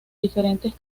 diferentes